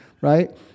right